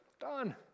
done